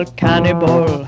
cannibal